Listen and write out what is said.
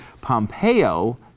Pompeo